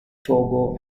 togo